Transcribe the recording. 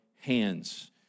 hands